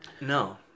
No